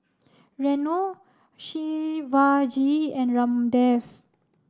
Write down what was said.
Renu Shivaji and Ramdev